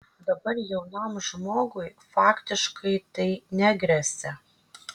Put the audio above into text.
dabar jaunam žmogui faktiškai tai negresia